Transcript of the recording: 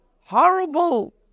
horrible